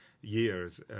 years